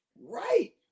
Right